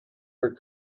her